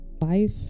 Life